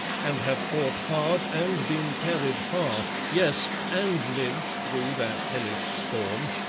and have fought hard and been carried far, yes and lived through that hellish storm.